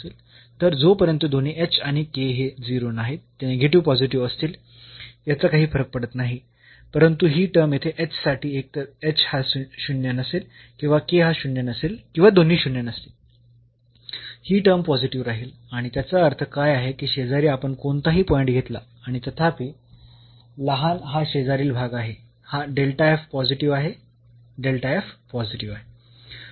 तर जोपर्यंत दोन्ही आणि हे 0 नाहीत ते निगेटिव्ह पॉझिटिव्ह असतील याचा काही फरक पडत नाही परंतु ही टर्म येथे साठी एकतर हा शून्य नसेल किंवा हा शून्य नसेल किंवा दोन्ही शून्य नसतील ही टर्म पॉझिटिव्ह राहिल आणि त्याचा अर्थ काय आहे की शेजारी आपण कोणताही पॉईंट घेतला आणि तथापि लहान हा शेजारील भाग आहे हा पॉझिटिव्ह आहे पॉझिटिव्ह आहे